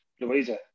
Louisa